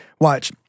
Watch